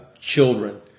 children